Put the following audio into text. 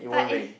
but if